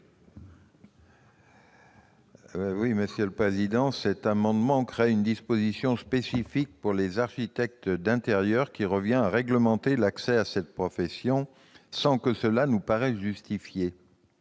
la commission ? Cet amendement vise à créer une disposition spécifique pour les architectes d'intérieur qui revient à réglementer l'accès à cette profession, sans que cela nous paraisse justifié.